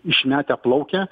išmetę plaukia